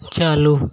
ᱪᱟᱹᱞᱩ